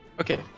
Okay